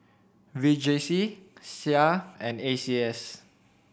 V J C Sia and A C S